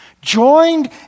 joined